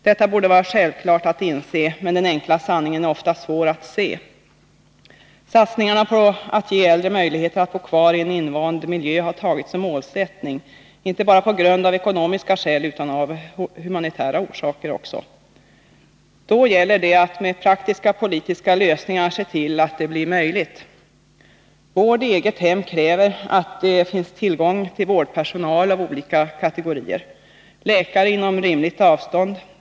Detta borde vara självklart att inse, men den enkla sanningen är ofta svår att se. Satsningarna på att ge äldre möjligheter att bo kvar i sin invanda miljö har tagits som målsättning, inte bara av ekonomiska skäl utan också av humanitära. Då gäller det att med praktiska politiska lösningar se till att det blir möjligt. Vård i eget hem kräver att det finns tillgång till vårdpersonal av olika kategorier och läkare inom rimligt avstånd.